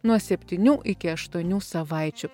nuo septynių iki aštuonių savaičių